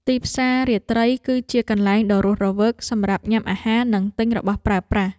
ទីផ្សាររាត្រីគឺជាកន្លែងដ៏រស់រវើកសម្រាប់ញ៉ាំអាហារ និងទិញរបស់របរប្រើប្រាស់។